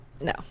No